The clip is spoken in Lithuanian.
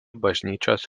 bažnyčios